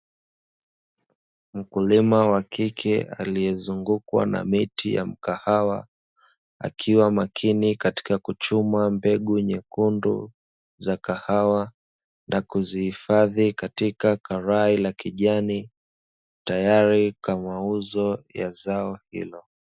Mkulima wa kike aliyezungukwa na miti ya mkahawa, akiwa makini katika kuchuma mbegu nyekundu za kahawa na kuzihifadhi katika karai la kijani, tayari kwa mauzo ya zao hilo.